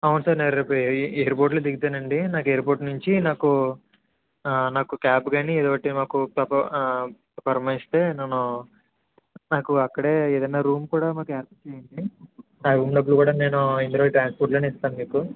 అవును సార్ నేను రేపు ఎయి ఎయిర్ పోర్టులో దిగుతానండి నాకు ఎయిర్ పోర్టు నుంచి నాకు నాకు క్యాబ్ కానీ ఏదో ఒకటి మాకు ప్రపో పురమాయిస్తే నేను నాకు అక్కడే ఏదైనా రూమ్ కూడా నాకు ఏర్పాటు చెయ్యండి ఆ రూమ్ డబ్బులు కూడా నేను ఇందులో ట్రాన్స్పోర్ట్లోనే ఇస్తాను మీకు